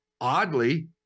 oddly